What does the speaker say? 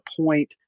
point